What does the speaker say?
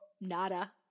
nada